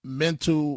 ...mental